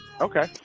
Okay